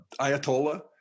Ayatollah